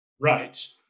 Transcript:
Right